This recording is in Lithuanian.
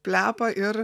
plepa ir